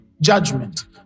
judgment